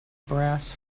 brass